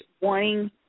wanting